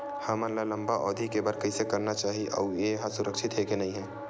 हमन ला लंबा अवधि के बर कइसे करना चाही अउ ये हा सुरक्षित हे के नई हे?